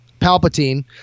palpatine